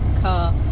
car